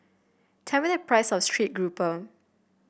tell me the price of strip grouper